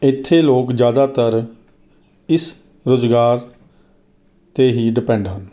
ਇੱਥੇ ਲੋਕ ਜ਼ਿਆਦਾਤਰ ਇਸ ਰੁਜ਼ਗਾਰ 'ਤੇ ਹੀ ਡਿਪੈਂਡ ਹਨ